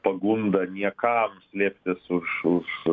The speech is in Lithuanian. pagunda niekam slėptis už už